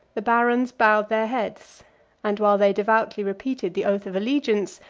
the barons bowed their heads and while they devoutly repeated the oath of allegiance,